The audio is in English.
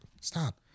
Stop